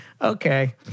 Okay